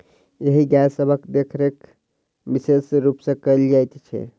एहि गाय सभक देखरेख विशेष रूप सॅ कयल जाइत छै